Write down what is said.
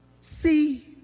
See